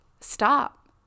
stop